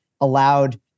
allowed